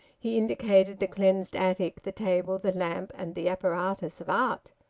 he indicated the cleansed attic, the table, the lamp, and the apparatus of art.